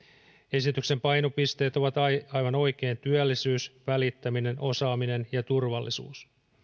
esityksen painopisteet ovat aivan oikein työllisyys välittäminen osaaminen ja turvallisuus